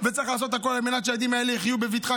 וצריך לעשות הכול על מנת שהילדים האלה יחיו בבטחה,